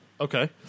okay